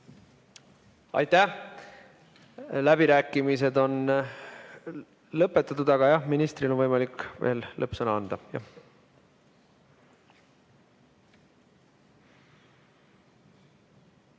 Aitäh! Läbirääkimised on lõpetatud, aga jah, ministril on võimalik veel lõppsõna öelda.